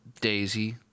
Daisy